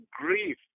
grief